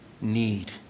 need